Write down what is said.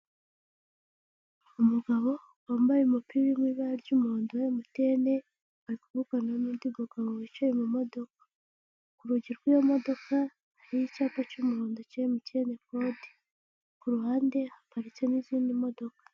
Umugabo wambaye umupira urimo ibara ry'umuhondo wa MTN, ari kuvugana n'undi mugabo wicaye mumodoka, ku rugi rw'iyo modoka hari icyapa cy'umuhondo cya MTN kode, ku ruhande haparitse n'izindi modoka.